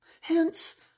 Hence